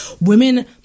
women